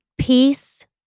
peace